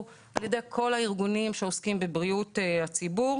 על ידי כל הארגונים שעוסקים בבריאות הציבור,